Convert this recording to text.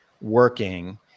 working